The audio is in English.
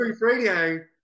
radio